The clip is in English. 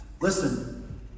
Listen